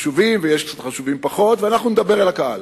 חשובים ויש חשובים פחות, ואנחנו נדבר אל הקהל.